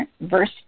verse